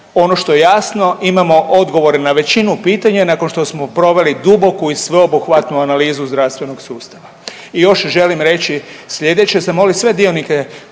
ono što je jasno imamo odgovore na većinu pitanja nakon što smo proveli duboku i sveobuhvatnu analizu zdravstvenog sustava. I još želim reći sljedeće, zamoliti sve dionike